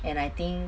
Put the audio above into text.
and I think